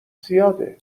زیاده